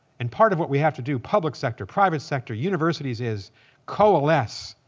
and part of what we have to do public sector, private sector, universities is coalesce